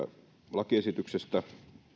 lakiesityksestä